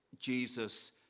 Jesus